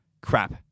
crap